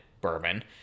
bourbon